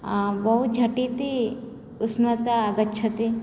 बहुझटिति उष्णता आगच्छति